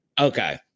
Okay